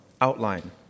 outline